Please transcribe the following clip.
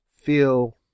feel